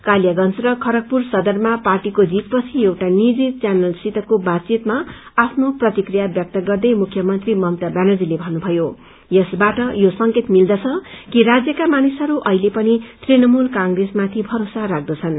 कालियानंज र खड़गपुर सदरमा पार्टीको जीतपछि एउटा निजी च्यानलसितको बातवितमा प्रतिक्रिया व्यक्त गर्दै मुख्यमन्त्री ममता ब्यानर्जीते भन्नुभयो यसले यो संकेत दिँदछ कि राज्यक्त मानिसहरू अहिले पनि तृणमूल कंत्रेसमाथि भरोसा राख्दछन्